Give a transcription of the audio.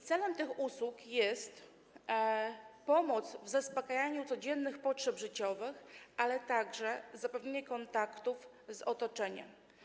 Celem tych usług jest pomoc w zaspokajaniu codziennych potrzeb życiowych, ale także zapewnienie kontaktów z otoczeniem.